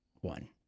one